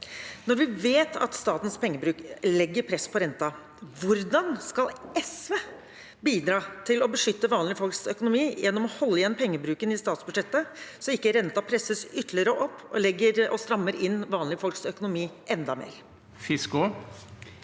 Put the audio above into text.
Når vi vet at statens pengebruk legger press på renten, hvordan skal SV bidra til å beskytte vanlige folks økonomi gjennom å holde igjen pengebruken i statsbudsjettet, slik at ikke renten presses ytterligere opp og strammer inn vanlige folks økonomi enda mer? Ingrid